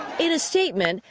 and a statement,